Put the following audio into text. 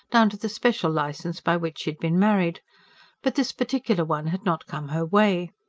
down to the special licence by which she had been married but this particular one had not come her way.